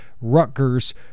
Rutgers